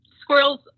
squirrels